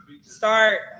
start